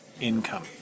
income